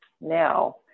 Now